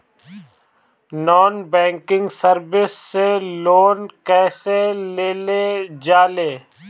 Non banking service से loan कैसे लेल जा ले?